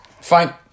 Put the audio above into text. Fine